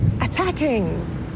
attacking